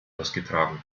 ausgetragen